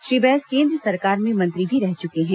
श्री बैस केन्द्र सरकार में मंत्री भी रह चुके हैं